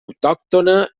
autòctona